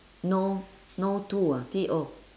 no no to ah T O